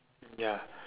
ya